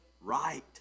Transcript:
right